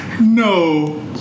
No